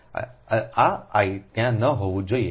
આ I ત્યાં ન હોવું જોઈએ